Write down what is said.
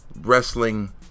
wrestling